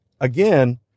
again